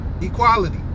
Equality